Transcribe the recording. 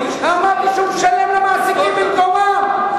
אמרתי שהוא משלם למעסיקים במקומם.